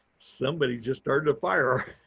somebody just started a fire.